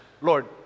Lord